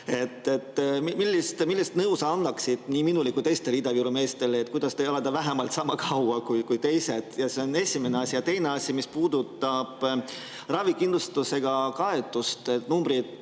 Millist nõu sa annaksid nii minule kui ka teistele Ida-Viru meestele, kuidas elada vähemalt sama kaua kui teised? See on esimene asi. Ja teine asi, mis puudutab ravikindlustusega kaetust, need numbrid